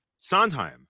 sondheim